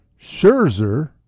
Scherzer